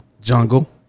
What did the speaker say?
Jungle